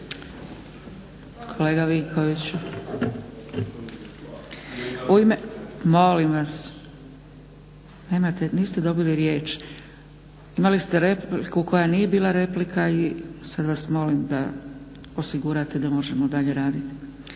Kolega Vinkoviću, molim vas. Niste dobili riječ. Imali ste repliku koja nije bila replika i sad vas molim da osigurate da možemo dalje raditi.